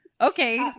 Okay